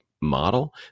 model